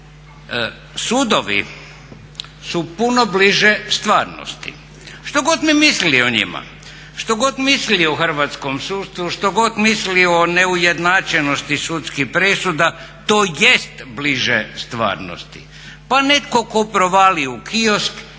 Sudovi su puno bliže stvarnosti što god mi mislili o njima, što god mislili o hrvatskom sustavu, što god mislili o neujednačenosti sudskih presuda to jest bliže stvarnosti. Pa netko tko provali u kiosk